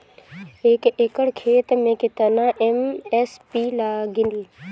एक एकड़ खेत मे कितना एस.एस.पी लागिल?